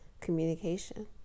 communication